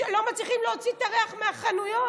שלא מצליחים להוציא את הריח מהחנויות.